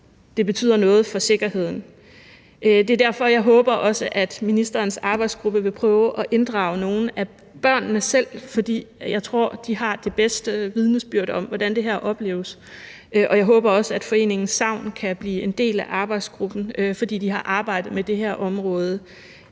det betyder noget for sikkerheden. Det er derfor, jeg også håber, at ministerens arbejdsgruppe vil prøve at inddrage nogle af børnene selv, for jeg tror, at de har det bedste vidnesbyrd om, hvordan det her opleves. Jeg håber også, at foreningen SAVN kan blive en del af arbejdsgruppen, fordi de har arbejdet med det her område